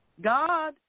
God